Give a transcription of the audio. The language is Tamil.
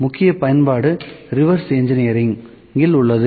முக்கிய பயன்பாடு ரிவர்ஸ் இன்ஜினியரிங் இல் உள்ளது